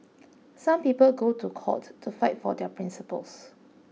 some people go to court to fight for their principles